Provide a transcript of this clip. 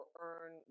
earn